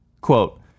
Quote